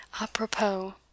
apropos